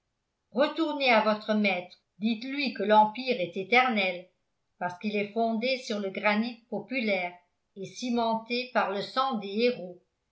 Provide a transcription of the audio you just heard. retournez à votre maître dites-lui que l'empire est éternel parce qu'il est fondé sur le granit populaire et cimenté par le sang des héros